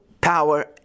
power